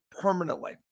permanently